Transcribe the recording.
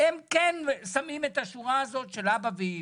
שמים את השורה הזאת של "אבא" ו"אימא".